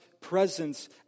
presence